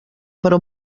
però